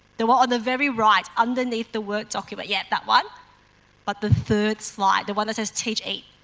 the one on the very right underneath the word document, yes that one but the third slide, the one that says teacheat,